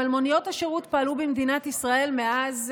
אבל מוניות השירות פעלו במדינת ישראל מאז,